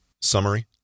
Summary